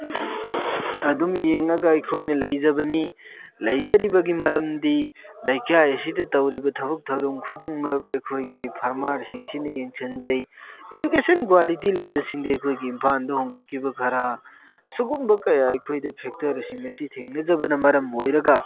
ꯑꯗꯨꯝ ꯌꯦꯡꯉꯒ ꯑꯩꯈꯣꯏꯅ ꯂꯩꯖꯕꯅꯤ ꯂꯩꯖꯔꯤꯕꯒꯤ ꯃꯔꯝꯗꯤ ꯂꯩꯀꯥꯏ ꯑꯁꯤꯗ ꯇꯧꯔꯤꯕ ꯊꯕꯛ ꯊꯧꯔꯝ ꯈꯨꯗꯤꯡꯃꯛ ꯑꯩꯈꯣꯏꯒꯤ ꯐꯥꯔꯃꯔꯁꯤꯡꯁꯤꯅ ꯌꯦꯡꯁꯤꯟꯖꯩ ꯏꯗꯨꯀꯦꯁꯟ ꯀ꯭ꯋꯥꯂꯤꯇꯤ ꯂꯩꯕꯁꯤꯡꯗꯤ ꯑꯩꯈꯣꯏꯒꯤ ꯏꯝꯐꯥꯜꯗ ꯍꯣꯡꯒꯠꯈꯤꯕ ꯈꯔ ꯁꯤꯒꯨꯝꯕ ꯀꯌꯥ ꯑꯩꯈꯣꯏꯗ ꯐꯦꯛꯇꯔꯤꯁꯤꯡ ꯑꯁꯤ ꯊꯦꯡꯅꯖꯕꯅ ꯃꯔꯝ ꯑꯣꯏꯔꯒ